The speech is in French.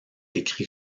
écrit